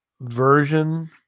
version